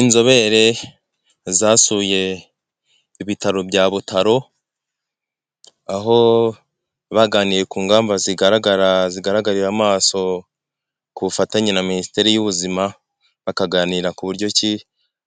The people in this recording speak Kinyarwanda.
Inzobere zasuye ibitaro bya butaro aho baganiriye ku ngamba zigaragara zigaragarira amaso ku bufatanye na minisiteri y'ubuzima bakaganira kuburyoki